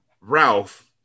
Ralph